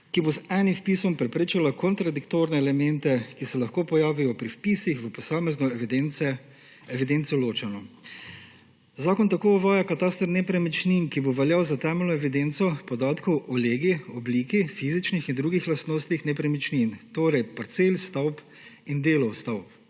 ki bo z enim vpisom preprečila kontradiktorne elemente, ki se lahko pojavijo pri vpisih v posamezno evidenco ločeno. Zakon tako uvaja kataster nepremičnin, ki bo veljal za temeljno evidenco podatkov o legi, obliki, fizičnih in drugih lastnostih nepremičnin, torej parcel, stavb in delov stavb.